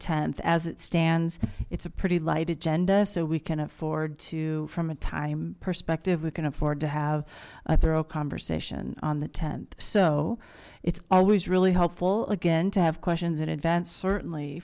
th as it stands it's a pretty light agenda so we can afford to from a time perspective we can afford to have a thorough conversation on the th so it's always really helpful again to have questions in advance certainly